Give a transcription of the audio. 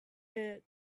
head